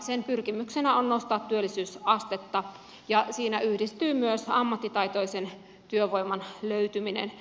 sen pyrkimyksenä on nostaa työllisyysastetta ja siinä yhdistyy myös ammattitaitoisen työvoiman löytyminen